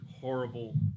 horrible